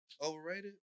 Overrated